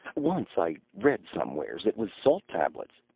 once, i read somewheres, it was salt tablets.